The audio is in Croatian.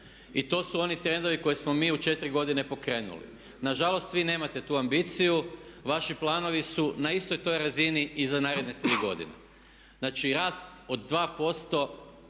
i to su oni trendovi koje smo mi u 4 godine pokrenuli. Nažalost vi nemate tu ambiciju, vaši planovi su na istoj toj razini i za naredne 3 godine. Znači rast od 2%